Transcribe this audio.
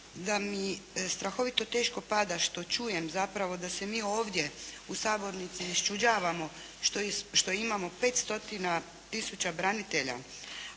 da mi strahovito teško pada što čujem zapravo da se mi ovdje u sabornici iščuđavamo što imamo 5 stotina